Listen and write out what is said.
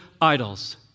idols